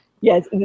yes